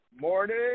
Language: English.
Morning